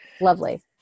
Lovely